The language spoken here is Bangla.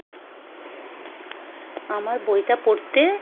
আমার বইটা পড়তে